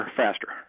faster